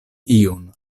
iun